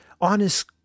honest